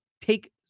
take